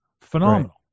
Phenomenal